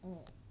mm